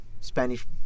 Spanish